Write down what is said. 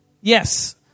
Yes